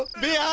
me yeah